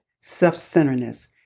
self-centeredness